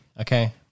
okay